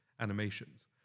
animations